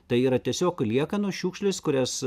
tai yra tiesiog liekanos šiukšlės kurias